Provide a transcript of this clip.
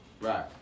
Right